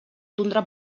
tundra